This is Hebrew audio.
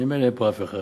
ממילא אין פה אף אחד.